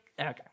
Okay